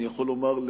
אני יכול לומר,